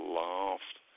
laughed